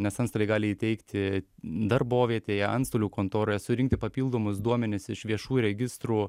nes antstoliai gali įteikti darbovietėje antstolių kontoroje surinkti papildomus duomenis iš viešų registrų